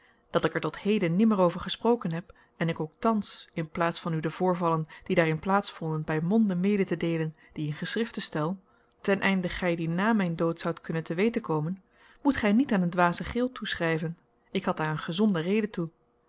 dat ik er tot heden nimmer over gesproken heb en ik ook thans in plaats van u de voorvallen die daarin plaats vonden bij monde mede te deelen die in geschrifte stel ten einde gij die na mijn dood zoudt kunnen te weten komen moet gij niet aan een dwaze gril toeschrijven ik had daar een gezonde reden toe